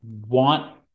want